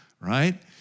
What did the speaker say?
right